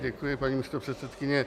Děkuji, paní místopředsedkyně.